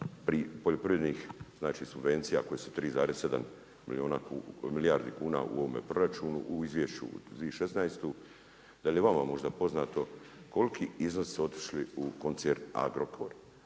poljoprivrednih znači subvencija koje su 3,7 milijardi kuna u ovome proračunu u Izvješću za 2016. Da li je vama možda poznato koliki iznosi su otišli u koncern Agrokor.